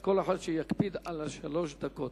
אז כל אחד שיקפיד על שלוש הדקות,